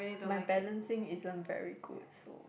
my balancing isn't very good so